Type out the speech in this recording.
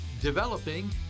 developing